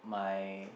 my